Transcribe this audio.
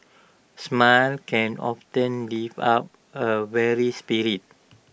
smile can often lift up A weary